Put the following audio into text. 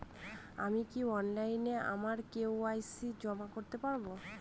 আমি কি অনলাইন আমার কে.ওয়াই.সি জমা করতে পারব?